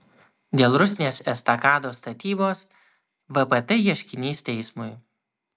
dėl rusnės estakados statybos vpt ieškinys teismui